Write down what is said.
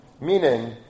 Meaning